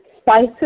spices